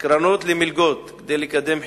קרנות למלגות כדי לקדם חינוך,